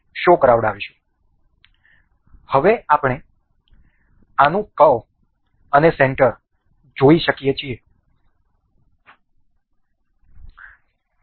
તેથી હવે આપણે આનું કર્વ અને સેન્ટર જોઈ શકીએ છીએ